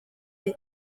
ari